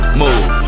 move